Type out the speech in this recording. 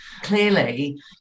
Clearly